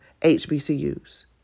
HBCUs